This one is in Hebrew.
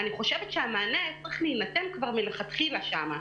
אני חושבת שהמענה היה צריך להינתן כבר מלכתחילה שם.